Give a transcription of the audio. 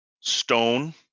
Stone